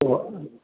ഉവ്വ